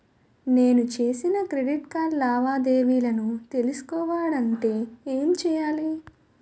నేను చేసిన credit card లావాదేవీలను తెలుసుకోవాలంటే ఏం చేయాలి?